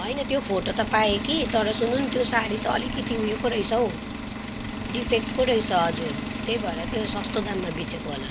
होइन त्यो फोटो त पाएँ कि तर सुन्नु नि त्यो साडी त अलिकति उयो पो रहेछ हौ डिफेक्ट पो रहेछ हजुर त्यही भएर त्यो सस्तो दाममा बेचेको होला